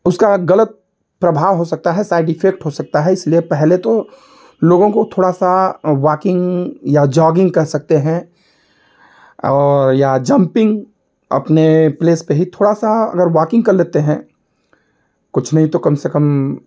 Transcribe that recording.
उसका गलत प्रभाव हो सकता है साइड इफेक्ट हो सकता है इसलिए पहले तो लोगों को थोड़ा सा वॉकिंग या जॉगिंग कह सकते हैं और या जंपिंग अपने प्लेस पर ही थोड़ा सा अगर वाकिंग कर लेते हैं कुछ नहीं तो कम से कम